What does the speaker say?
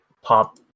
Pop